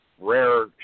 rare